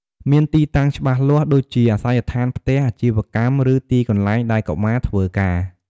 មានទីតាំងច្បាស់លាស់ ដូចជាអាសយដ្ឋានផ្ទះ អាជីវកម្ម ឬទីកន្លែងដែលកុមារធ្វើការ។